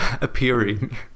appearing